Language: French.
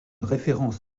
référence